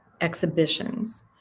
exhibitions